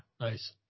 Nice